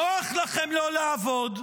נוח לכם לא לעבוד,